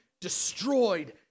destroyed